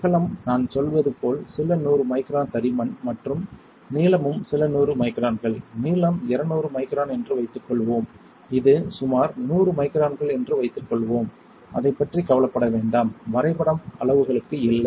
அகலம் நான் சொல்வது போல் சில நூறு மைக்ரான் தடிமன் மற்றும் நீளமும் சில நூறு மைக்ரான்கள் நீளம் 200 மைக்ரான் என்று வைத்துக்கொள்வோம் இது சுமார் நூறு மைக்ரான்கள் என்று வைத்துக்கொள்வோம் அதைப் பற்றி கவலைப்பட வேண்டாம் வரைபடம் அளவுகளுக்கு இல்லை